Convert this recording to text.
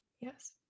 Yes